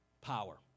power